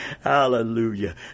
Hallelujah